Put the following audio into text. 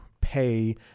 pay